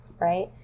right